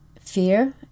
fear